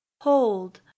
hold